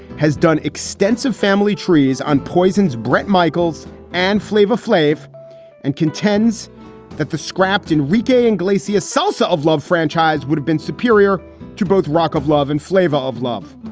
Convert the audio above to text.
has done extensive family trees on poison's bret michaels and flavor flav and contends that the scrapped enrique iglesias salsa of love franchise would have been superior to both rock of love and flavor of love.